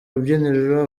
rubyiniro